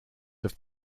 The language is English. have